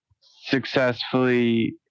successfully